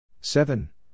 seven